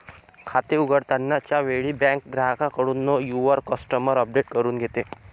खाते उघडताना च्या वेळी बँक ग्राहकाकडून नो युवर कस्टमर अपडेट करून घेते